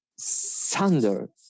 Thunder